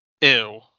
ew